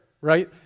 right